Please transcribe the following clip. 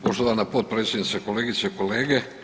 Poštovana potpredsjednice, kolegice i kolege.